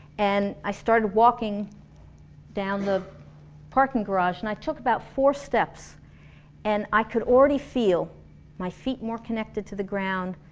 and i started walking down the parking garage and i took about four steps and i could already feel my feet more connected to the ground,